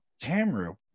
camera